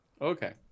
Okay